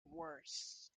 worse